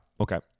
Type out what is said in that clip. Okay